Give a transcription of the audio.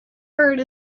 heard